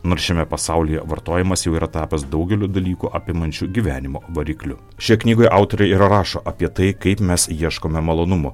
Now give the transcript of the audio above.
nors šiame pasaulyje vartojimas jau yra tapęs daugeliu dalykų apimančiu gyvenimo varikliu šie knygoje autorė ir rašo apie tai kaip mes ieškome malonumų